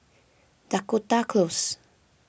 Dakota Close